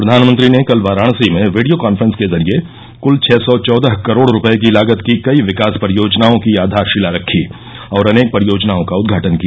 प्रधानमंत्री ने कल वाराणसी में वीडियो काफ्रेंस के जरिए कल छः सौ चौदह करोड रुपये लागत की कई विकास परियोजनाओं की आधारशिला रखी और अनेक परियोजनाओं का उदघाटन किया